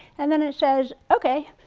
and then it says, okay,